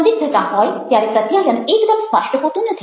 સંદિગ્ધતા હોય ત્યારે પ્રત્યાયન એકદમ સ્પષ્ટ હોતું નથી